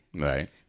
Right